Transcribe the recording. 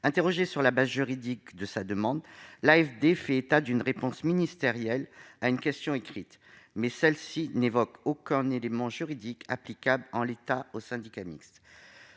Interrogée sur la base juridique de sa demande, l'AFD fait état d'une réponse ministérielle à une question écrite, mais celle-ci n'évoque aucun élément juridique applicable en l'état au syndicat mixte.